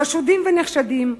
חושדים ונחשדים,